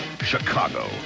Chicago